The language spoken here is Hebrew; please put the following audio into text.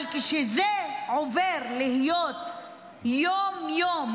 אבל כשזה הופך להיות יום-יום,